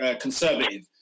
conservative